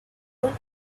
one